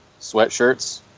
sweatshirts